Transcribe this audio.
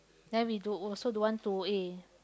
then we don't also don't want to eh